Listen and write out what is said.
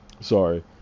Sorry